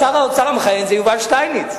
אבל שר האוצר המכהן זה יובל שטייניץ.